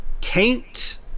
taint